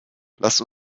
lasst